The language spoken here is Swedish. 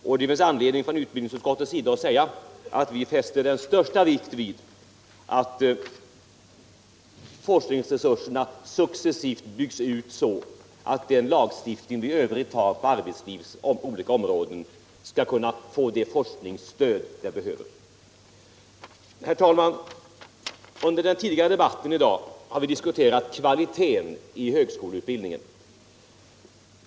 | Jag vill understryka att vi inom utbildningsutskottet fäster den största vikt vid att forskningsresurserna successivt byggs ut, så att den lagstiftning som finns på arbetslivets olika områden skall kunna få det forskningsstöd den behöver. Herr talman! Under debatten tidigare i dag har vi diskuterat kvaliteten i högskoleutbildningen.